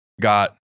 got